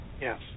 Yes